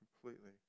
completely